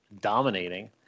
dominating